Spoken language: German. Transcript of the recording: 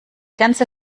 ganze